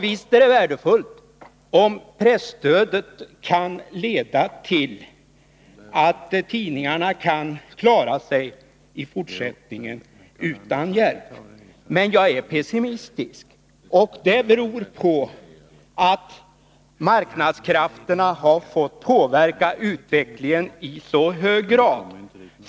Visst är det värdefullt om presstödet kan leda till att tidningarna i 107 fortsättningen kan klara sig utan hjälp. Men jag är pessimistisk, och det beror på att marknadskrafterna har fått påverka utvecklingen i så hög grad.